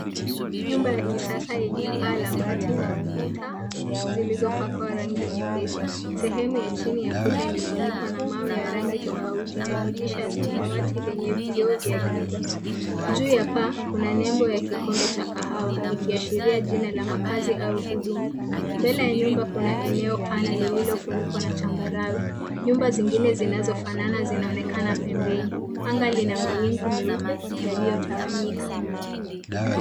Nyumba ya kisasa yenye paa la bati na kuta zilizopakwa rangi nyepesi. Sehemu ya chini ya kuta imefunikwa na mawe ya rangi tofauti na dirisha ya samawati lenye vioo vya giza. Juu ya paa kuna nembo ya kikombe cha kahawa, ikiashiria jina la makazi au huduma. Mbele ya nyumba kuna eneo pana lililofunikwa na changarawe. Nyumba zingine zinazofanana zinaonekana pembeni. Anga lina mawingu meupe yaliyotawanyika.